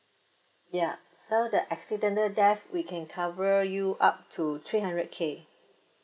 ya so the accidental death we can cover you up to three hundred K